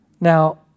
Now